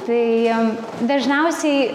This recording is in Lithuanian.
tai dažniausiai